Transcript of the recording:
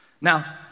Now